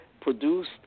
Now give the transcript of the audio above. produced